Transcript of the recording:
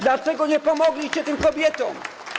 Dlaczego nie pomogliście tym kobietom?